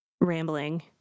rambling